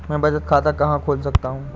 मैं बचत खाता कहाँ खोल सकता हूँ?